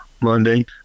Monday